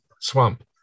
swamp